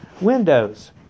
Windows